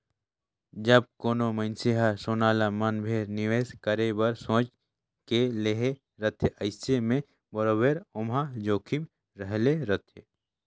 जब कोनो मइनसे हर सोना ल मन भेर निवेस करे बर सोंएच के लेहे रहथे अइसे में बरोबेर ओम्हां जोखिम रहले रहथे